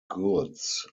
goods